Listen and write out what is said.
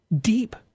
deep